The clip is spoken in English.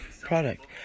product